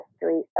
history